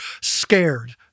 scared